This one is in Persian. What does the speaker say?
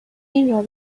این